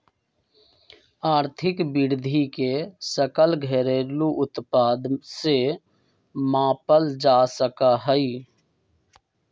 आर्थिक वृद्धि के सकल घरेलू उत्पाद से मापल जा सका हई